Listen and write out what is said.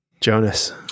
Jonas